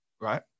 Right